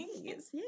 Yes